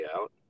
out